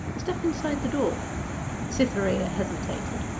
step inside the door cytherea hesitated.